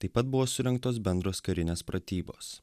taip pat buvo surengtos bendros karinės pratybos